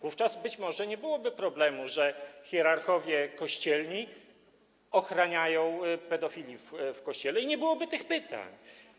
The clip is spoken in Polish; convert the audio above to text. Wówczas być może nie byłoby problemu, że hierarchowie kościelni ochraniają pedofilów w Kościele i nie byłoby tych pytań.